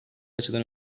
açıdan